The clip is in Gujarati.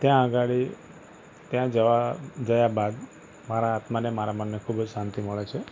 ત્યાં આગળ ત્યાં જવા ગયા બાદ મારા આત્માને મારા મનને ખૂબ જ શાંતિ મળે છે